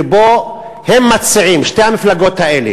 שבו הם מציעים, שתי המפלגות האלה